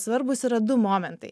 svarbūs yra du momentai